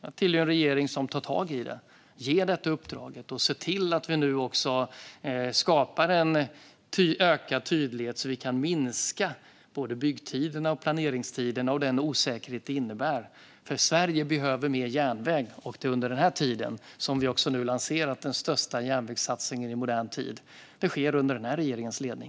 Jag tillhör en regering som nu tar tag i det och ger detta uppdrag och ser till att vi nu skapar en ökad tydlighet så att vi kan minska både byggtiderna och planeringstiderna och den osäkerhet det innebär. Sverige behöver mer järnväg, och vi har under den här tiden lanserat den största järnvägssatsningen i modern tid. Det sker under den här regeringens ledning.